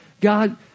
God